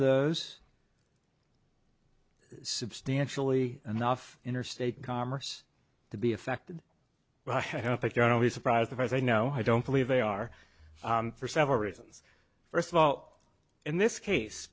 of those substantially enough interstate commerce to be affected i don't think they're always surprised if i say you know i don't believe they are for several reasons first of all in this case